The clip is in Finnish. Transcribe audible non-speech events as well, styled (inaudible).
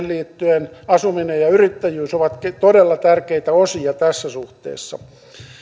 (unintelligible) liittyen asuminen ja yrittäjyys ovat todella tärkeitä osia tässä suhteessa